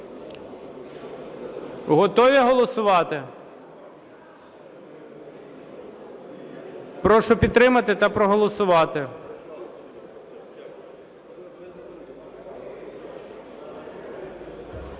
Готові голосувати? Прошу підтримати та проголосувати.